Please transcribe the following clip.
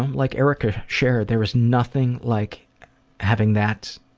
um like erika shared, there is nothing like having that